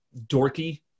dorky